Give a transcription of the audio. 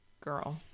girl